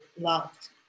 loved